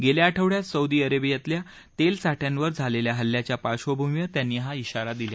गेल्या आठवड्यात सौदी अरेबीयातल्या तेलसाठ्यांवर झालेल्या हल्ल्याच्या पाश्र्वभूमीवर त्यांनी हा इशारा दिला